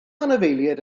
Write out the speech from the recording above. anifeiliaid